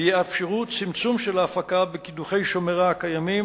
ויאפשרו צמצום של ההפקה בקידוחי שומרה הקיימים,